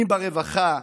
אם ברווחה,